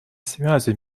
связей